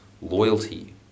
loyalty